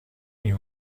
این